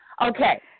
Okay